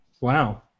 Wow